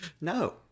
No